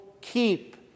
keep